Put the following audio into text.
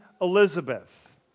Elizabeth